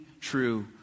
true